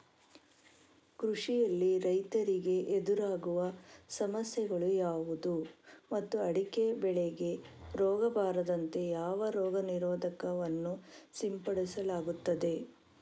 ಕೃಷಿಯಲ್ಲಿ ರೈತರಿಗೆ ಎದುರಾಗುವ ಸಮಸ್ಯೆಗಳು ಯಾವುದು ಮತ್ತು ಅಡಿಕೆ ಬೆಳೆಗೆ ರೋಗ ಬಾರದಂತೆ ಯಾವ ರೋಗ ನಿರೋಧಕ ವನ್ನು ಸಿಂಪಡಿಸಲಾಗುತ್ತದೆ?